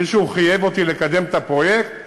מישהו חייב אותי לקדם את הפרויקט?